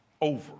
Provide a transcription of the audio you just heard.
over